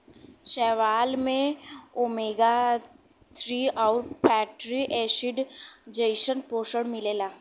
शैवाल में omega three आउर फैटी एसिड जइसन पोषण मिलला